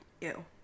Ew